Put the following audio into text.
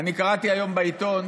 אני קראתי היום בעיתון